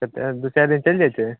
कते दू चारि दिन चलि जाइ छै